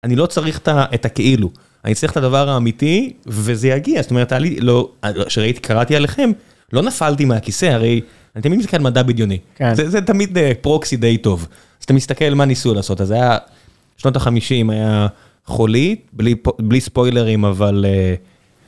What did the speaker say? אני לא צריך את הכאילו, אני צריך את הדבר האמיתי וזה יגיע, זאת אומרת שכשקראתי עליכם לא נפלתי מהכיסא, הרי אתם מבינים שזה מדע בדיוני, זה תמיד פרוקסי דיי טוב. אז אתה מסתכל מה ניסו לעשות, אז זה היה, שנות החמישים היה חולית, בלי ספוילרים אבל.